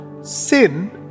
sin